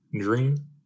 Dream